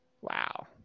Wow